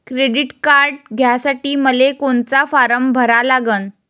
Credit card घ्यासाठी मले कोनचा फारम भरा लागन?